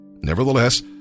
Nevertheless